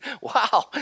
Wow